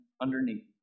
underneath